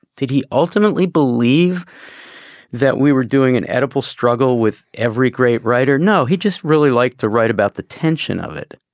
did he ultimately believe that we were doing an edible struggle with every great writer? no, he just really liked to write about the tension of it.